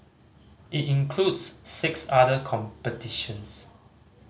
it includes six other competitions